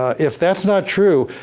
if that's not true,